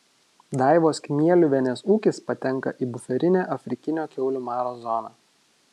daivos kmieliuvienės ūkis patenka į buferinę afrikinio kiaulių maro zoną